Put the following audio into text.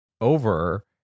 over